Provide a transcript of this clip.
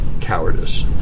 cowardice